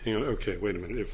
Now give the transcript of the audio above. you know ok wait a minute if